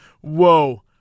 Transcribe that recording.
Whoa